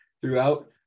throughout